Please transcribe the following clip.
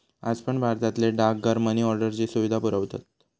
आज पण भारतातले डाकघर मनी ऑर्डरची सुविधा पुरवतत